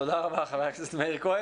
תודה רבה חבר הכנסת כהן,